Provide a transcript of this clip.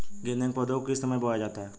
गेंदे के पौधे को किस समय बोया जाता है?